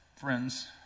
friends